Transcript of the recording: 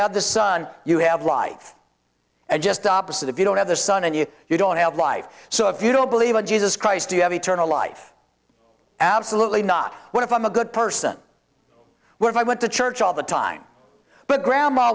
have the sun you have life and just the opposite if you don't have the sun and you you don't have life so if you don't believe in jesus christ you have eternal life absolutely not what if i'm a good person were if i went to church all the time but grandma